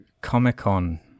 Comic-Con